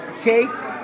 cakes